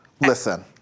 Listen